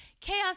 chaos